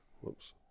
whoops